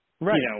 right